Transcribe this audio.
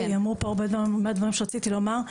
כי אמרו פה הרבה דברים שרציתי לומר.